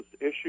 issue